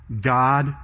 God